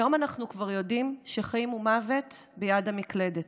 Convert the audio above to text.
היום אנחנו כבר יודעים שחיים ומוות ביד המקלדת.